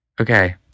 Okay